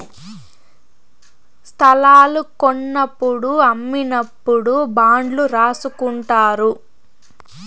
స్తలాలు కొన్నప్పుడు అమ్మినప్పుడు బాండ్లు రాసుకుంటారు